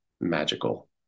magical